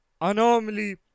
anomaly